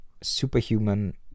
superhuman